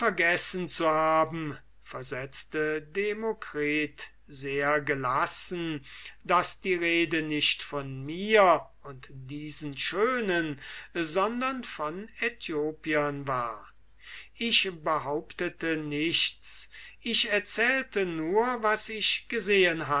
sei sie haben vergessen versetzte demokrit sehr gelassen daß die rede nicht von mir und diesen schönen sondern von aethiopiern war ich behauptete nichts ich erzählte nur was ich gesehen